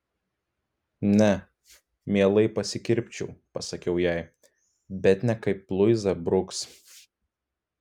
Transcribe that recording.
ne mielai pasikirpčiau pasakiau jai bet ne kaip luiza bruks